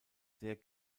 sehr